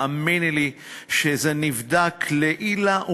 האמיני לי שזה נבדק לעילא,